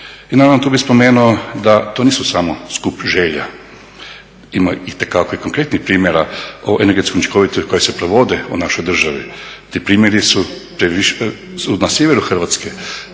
I naravno, tu bih spomenuo da to nisu samo skup želja, ima itekako i konkretnih primjera o energetskoj učinkovitosti koje se provode u našoj državi. Ti primjeri su na sjeveru Hrvatske,